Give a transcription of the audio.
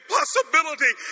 possibility